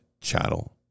chattel